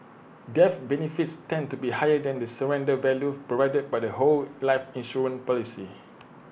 death benefits tend to be higher than the surrender value provided by the whole life insurance policy